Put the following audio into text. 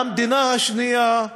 והמדינה השנייה,